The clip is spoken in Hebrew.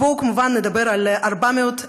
אז בואו כמובן נדבר על 400,000